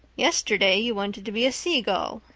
yesterday you wanted to be a sea gull,